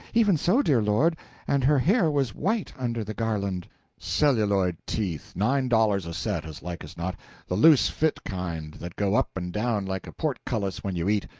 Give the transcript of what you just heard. even so, dear lord and her hair was white under the garland celluloid teeth, nine dollars a set, as like as not the loose-fit kind, that go up and down like a portcullis when you eat,